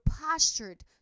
postured